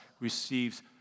receives